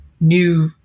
new